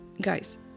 Guys